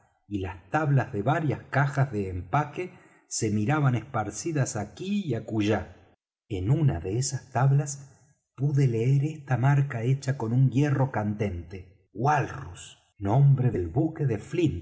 y las tablas de varias cajas de empaque se miraban esparcidas aquí y acullá en una de esas tablas pude leer esta marca hecha con un hierro candente walrus nombre del buque de